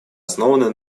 основаны